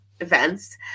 events